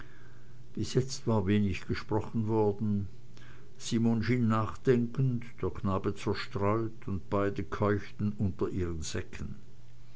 bis jetzt war wenig gesprochen worden simon schien nachdenkend der knabe zerstreut und beide keuchten unter ihren säcken